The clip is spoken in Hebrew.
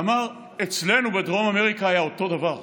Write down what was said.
ואמר: אצלנו בדרום אמריקה היה אותו דבר.